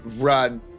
run